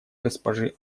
госпожи